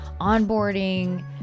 onboarding